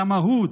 על המהות.